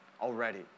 already